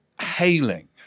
hailing